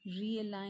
realign